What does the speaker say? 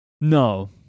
No